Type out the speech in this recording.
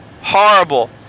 horrible